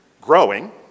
growing